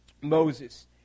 Moses